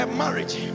marriage